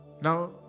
Now